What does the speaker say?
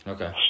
Okay